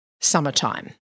Summertime